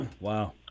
Wow